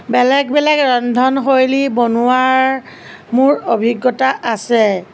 বেলেগ বেলেগ ৰন্ধনশৈলী বনোৱাৰ মোৰ অভিজ্ঞতা আছে